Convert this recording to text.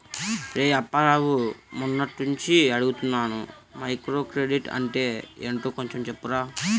రేయ్ అప్పారావు, మొన్నట్నుంచి అడుగుతున్నాను మైక్రోక్రెడిట్ అంటే ఏంటో కొంచెం చెప్పురా